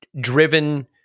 driven